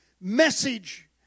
message